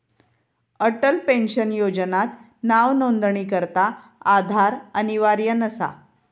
Atal pension योजनात नावनोंदणीकरता आधार अनिवार्य नसा